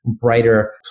brighter